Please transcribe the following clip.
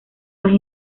las